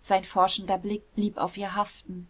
sein forschender blick blieb auf ihr haften